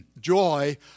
Joy